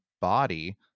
body